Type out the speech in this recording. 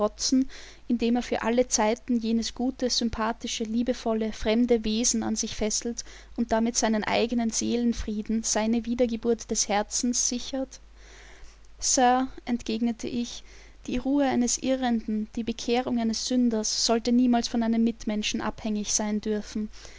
indem er für alle zeiten jenes gute sympathische liebevolle fremde wesen an sich fesselt und damit seinen eigenen seelenfrieden seine wiedergeburt des herzens sichert sir entgegnete ich die ruhe eines irrenden die bekehrung eines sünders sollte niemals von einem mitmenschen abhängig sein dürfen